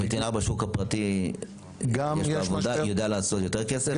וטרינר בשוק הפרטי יש לו עבודה והוא יודע לעשות יותר כסף?